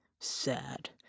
Sad